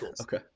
okay